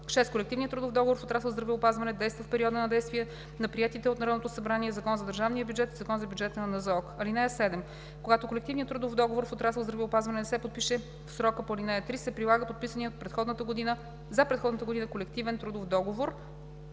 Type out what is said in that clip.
(6) Колективният трудов договор в отрасъл „Здравеопазване“ действа в периода на действие на приетите от Народното събрание Закон за държавния бюджет и Закон за бюджета на НЗОК. (7) Когато колективният трудов договор в отрасъл „Здравеопазване“ не се подпише в срока по ал. 3, се прилага подписаният за предходната година колективен трудов договор